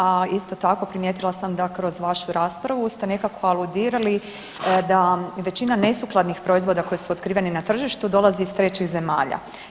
A isto tako primijetila sam da kroz vašu raspravu ste nekako aludirali da većina nesukladnih proizvoda koji su otkriveni na tržištu dolazi iz trećih zemalja.